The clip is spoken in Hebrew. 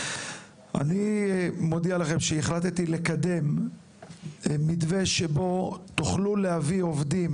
אני מודיע לכם שהחלטתי לקדם מתווה שבו תוכלו להביא עובדים